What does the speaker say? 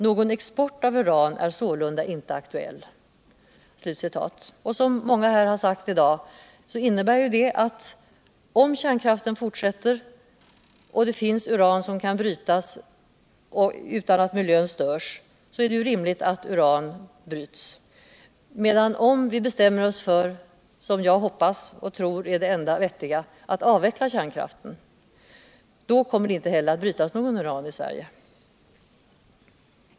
Någon export av uran är sålunda inte aktuell.” Som många här sagt i dag innebär det att om kärnkraften fortsätter och det finns uran som kan brytas utan att miljön förstörs, är det rimligt att uran bryts. Om vi däremot bestämmer oss för, som jag hoppas och tror. att det enda vettiga är att avveckla kärnkraften, då kommer det inte heller att brytas någon uran i Sverige.